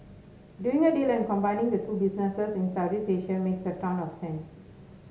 doing a deal and combining the two businesses in Southeast Asia makes a ton of sense